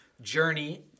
Journey